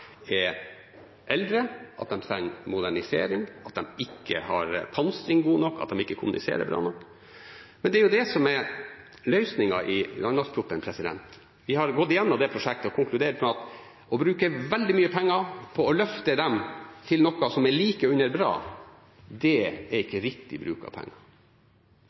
er eldre, at de trenger modernisering, at de ikke har pansring god nok, at de ikke kommuniserer bra nok. Men det er det som er løsningen i landmaktproposisjonen. Vi har gått igjennom det prosjektet og konkludert med at det å bruke veldig mye penger på å løfte dem til noe som er like under bra, ikke er riktig bruk av penger.